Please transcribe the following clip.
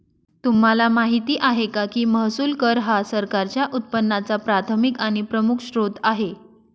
तुम्हाला माहिती आहे का की महसूल कर हा सरकारच्या उत्पन्नाचा प्राथमिक आणि प्रमुख स्त्रोत आहे